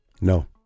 No